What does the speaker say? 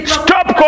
stop